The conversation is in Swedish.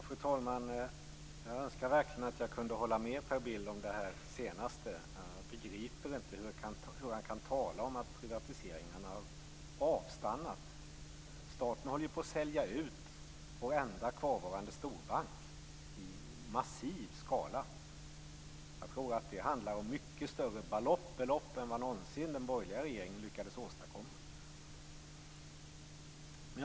Fru talman! Jag önskar verkligen att jag kunde hålla med Per Bill om det där sista. Jag begriper inte hur han kan tala om att privatiseringarna har avstannat. Staten håller ju på att sälja ut varenda kvarvarande storbank i massiv skala. Jag tror att det handlar om mycket större belopp än vad den borgerliga regeringen någonsin lyckades åstadkomma.